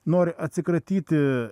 nori atsikratyti